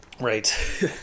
right